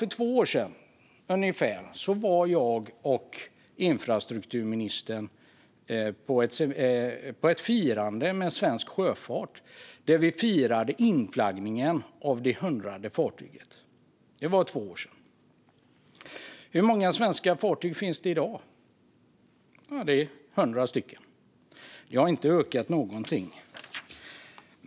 För ungefär två år sedan deltog infrastrukturministern och jag när Svensk Sjöfart firade inflaggningen av det hundrade fartyget. Hur många svenska fartyg finns det i dag? Jo, 100 stycken. Det har inte ökat alls.